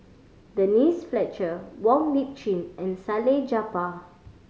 Denise Fletcher Wong Lip Chin and Salleh Japar